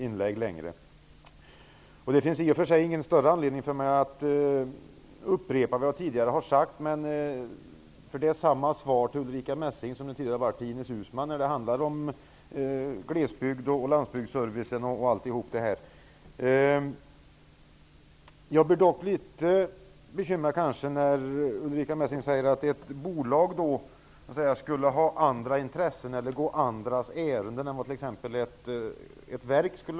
I och för sig finns det ingen större anledning att upprepa vad jag tidigare har sagt. Svaret till Ulrica Messing blir samma svar som Ines Uusmann fick när det gällde glesbygds och landsbygdsservice osv. Jag blev nog litet bekymrad när jag hörde Ulrica Messing säga att ett bolag skulle gå andras ärenden -- om man nu jämför med ett verk.